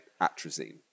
atrazine